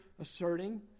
asserting